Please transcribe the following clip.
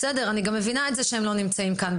אני מבינה את זה שהם לא נמצאים כאן,